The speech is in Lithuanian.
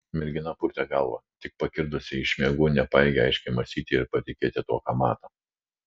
mergina papurtė galvą tik pakirdusi iš miegų nepajėgė aiškiai mąstyti ir patikėti tuo ką mato